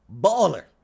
Baller